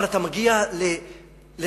אתה מגיע לצרפת,